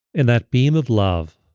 and that beam of love